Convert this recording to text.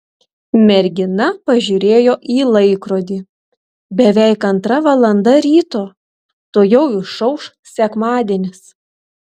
mergina pažiūrėjo į laikrodį beveik antra valanda ryto tuojau išauš sekmadienis